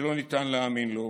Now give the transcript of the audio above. שלא ניתן להאמין לו,